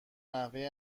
نحوه